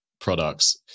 products